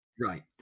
Right